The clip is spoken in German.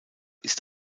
ist